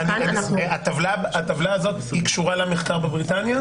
הטבלה הזאת קשורה למחקר בבריטניה?